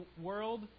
world